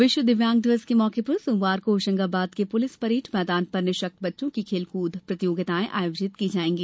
विश्व विकलांग दिवस के मौके पर सोमवार को होशंगाबाद के पुलिस परेड़ मैदान पर निशक्त बच्चों की खेलकूद प्रतियोगिताएं आयोजित की जायेंगी